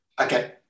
Okay